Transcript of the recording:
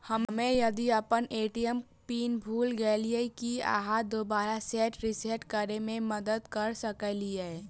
हम्मे यदि अप्पन ए.टी.एम पिन भूल गेलियै, की अहाँ दोबारा सेट रिसेट करैमे मदद करऽ सकलिये?